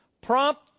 Prompt